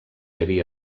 havia